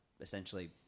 essentially